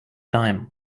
time